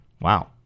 Wow